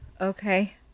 okay